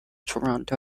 toronto